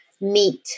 meet